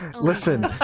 Listen